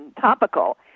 topical